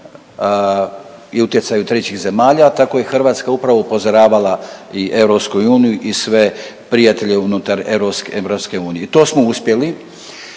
i utjecaju trećih zemalja tako je i Hrvatska upravo upozoravala i EU i sve prijatelje unutar EU. To smo uspjeli.